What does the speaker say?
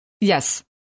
Yes